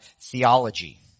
theology